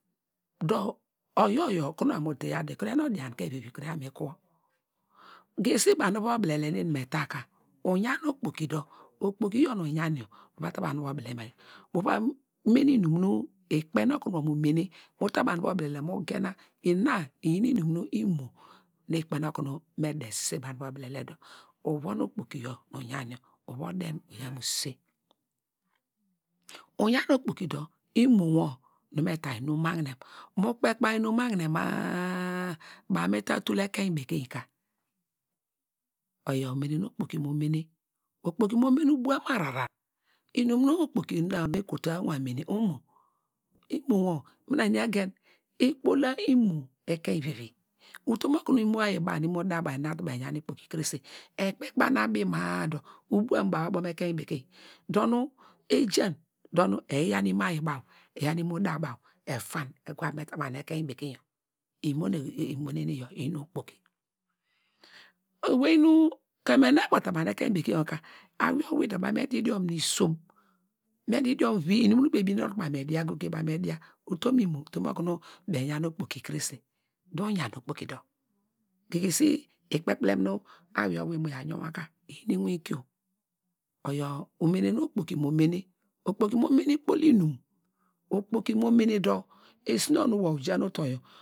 Dor oyor yor kunu wor abo kunu mu deya yor ikuru yaw nu odianke vivi iyaw mi kuwor, gegesi banu uvai obilelet nu eni me ta ka, uyan okpoki dor, okpoki yor nu uyan yor mu va ta banu uvo obilelel, muva mene inum nu ikpein okunu wor mu mene, uta banu uvai obilelel mu gena ina iyin inum nu mo nu ikpen okunu me den sise banu uvai obilelel, uvun okpoki nu uyan yor uva den mu sise, uyan okpoki dor imo wor nu me ta inum magnem mu kpe ku baw inum magnem ma- a baw me ta tul ekein bekeny ka yor umene nu okpoki mo mene, okpoki mo mene ubuam ahrar, inum nu okpoki na nu me kutwa yor owane mene imo, imo wor mina eni egen ikpola imo ekun vivi utum okunu imo ayi baw nu imo dabaw nu enatu baw eyan ikpoki krese dor ekpe kubaw nu abi ma- a dor ubuam baw abo mu ekein bekeiny dor nu eja dor nu eyi yaw imo ayi baw, eyi yaw imo da baw efan eva me ta mu ekein bekeinyo imo nu imenen iyaw iyin okpoki owei nu, kem enu eva ta ban ekein bekeiny yor ka awoye owi dor baw me digh idiom nu isom, inum nu baw ebinen okuru baw me dia goge me dia utum imo utum okunu baw eyan okpoki krese uyan okpoki dor gegesi ikpekpilem nu awiye owin nu mu yaw yunwa ka iyin inwinkio, oyor inum nu okpoki mo mene, okpoki mo mene ikpoki inum, okpoki mo mene dor esina nu wor uja nu utor.